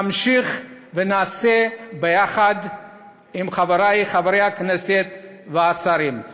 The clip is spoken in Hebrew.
נמשיך ונעשה ביחד עם חבריי חברי הכנסת והשרים.